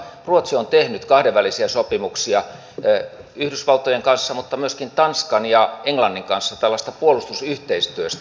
ruotsi on tehnyt kahdenvälisiä sopimuksia yhdysvaltojen kanssa ja myöskin tanskan ja englannin kanssa puolustusyhteistyöstä